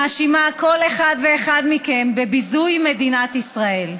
מאשימה כל אחד ואחד מכם, בביזוי מדינת ישראל.